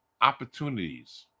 opportunities